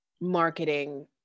marketing